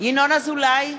ינון אזולאי,